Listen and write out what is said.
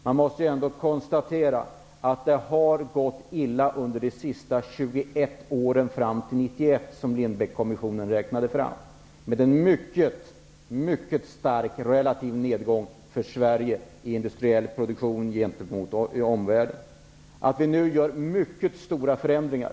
Vi måste konstatera att det har gått illa under 21 år fram till 1991, såsom Lindbeckkommissionen räknat fram. Det var en mycket stark relativ nedgång för Sverige i industriell produktion gentemot omvärlden. Vi gör nu mycket stora förändringar.